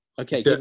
Okay